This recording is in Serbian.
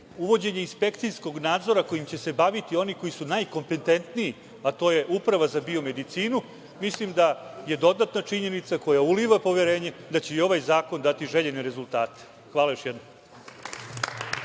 uvođenje inspekcijskog nadzora kojim će se baviti oni koji su najkompetentniji, a to je Uprava za biomedicinu, je dodatna činjenica koja uliva poverenje da će i ovaj zakon dati željene rezultate. Hvala još jednom.